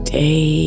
day